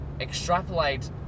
Extrapolate